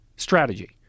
Strategy